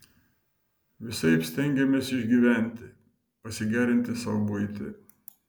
visaip stengėmės išgyventi pasigerinti sau buitį